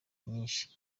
nyinshi